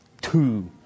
two